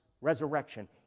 resurrection